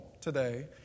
today